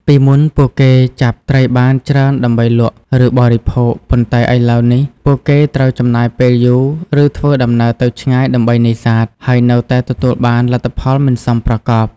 ពីមុនពួកគេអាចចាប់ត្រីបានច្រើនដើម្បីលក់ ឬបរិភោគ ប៉ុន្តែឥឡូវនេះពួកគេត្រូវចំណាយពេលយូរ ឬធ្វើដំណើរទៅឆ្ងាយដើម្បីនេសាទ ហើយនៅតែទទួលបានលទ្ធផលមិនសមប្រកប។